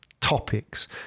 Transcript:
topics